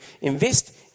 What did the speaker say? invest